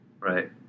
right